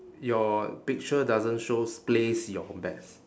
your picture doesn't shows place your bets